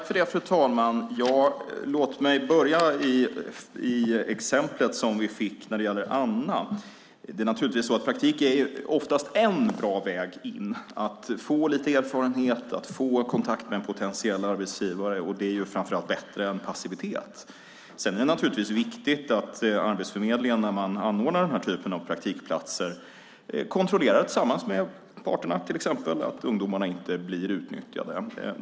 Fru talman! Låt mig börja med att kommentera exemplet med Anna. Praktik är oftast en bra väg in för att få lite erfarenhet och få kontakt med en potentiell arbetsgivare. Framför allt är det bättre än passivitet. Sedan är det naturligtvis viktigt att Arbetsförmedlingen, när den anordnar den typen av praktikplatser, tillsammans med till exempel parterna kontrollerar att ungdomarna inte blir utnyttjade.